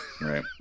Right